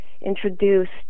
introduced